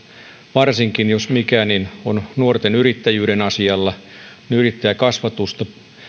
jos mikään on nuorten yrittäjyyden yrittäjäkasvatuksen